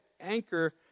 anchor